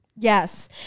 Yes